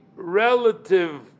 relative